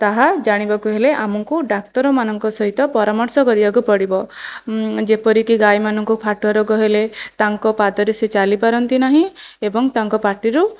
ତାହା ଜାଣିବାକୁ ହେଲେ ଆମକୁ ଡାକ୍ତରମାନଙ୍କ ସହିତ ପରାମର୍ଶ କରିବାକୁ ପଡ଼ିବ ଯେପରିକି ଗାଈମାନଙ୍କୁ ଫାଟୁଆ ରୋଗ ହେଲେ ତାଙ୍କ ପାଦରେ ସେ ଚାଲି ପାରନ୍ତି ନାହିଁ ଏବଂ ତାଙ୍କ ପାଟିରୁ